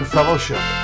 Fellowship